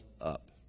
Up